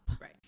Right